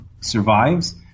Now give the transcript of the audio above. survives